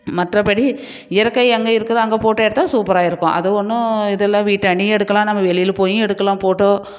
மற்ற படி இயற்கை எங்கே இருக்குதோ அங்கே ஃபோட்டோ எடுத்தால் சூப்பராக இருக்கும் அது ஒன்றும் இதில்ல வீட்டாண்டையும் எடுக்கலாம் நம்ம வெளியில் போயும் எடுக்கலாம் ஃபோட்டோ